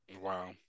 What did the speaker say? wow